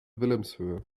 wilhelmshöhe